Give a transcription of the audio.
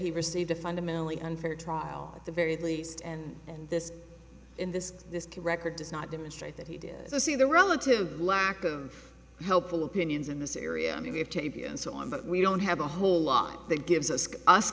he received a fundamentally unfair trial at the very least and and this in this this can record does not demonstrate that he did see the relative lack of helpful opinions in this area and you have to be and so on but we don't have a whole lot that gives us us